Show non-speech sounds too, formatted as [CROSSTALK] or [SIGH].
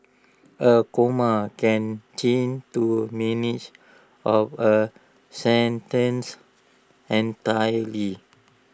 A comma can change to [UNINTELLIGIBLE] of A sentence entirely